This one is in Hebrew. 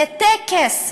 זה טקס,